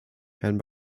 herrn